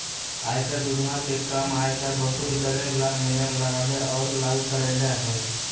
आयकर विभाग के काम आयकर वसूल करे ला नियम बनावे और लागू करेला हई